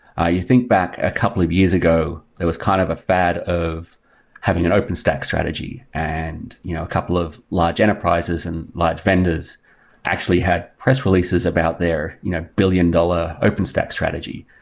ah you think back a couple of years ago, there was kind of a fad of having an openstack strategy and you know a couple of large enterprises and large vendors actually had press releases about their you know billion-dollar openstack strategy.